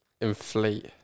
inflate